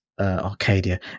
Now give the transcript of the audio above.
Arcadia